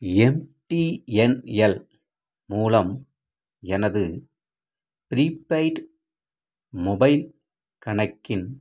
MTNL மூலம் எனது prepaid mobile கணக்கின்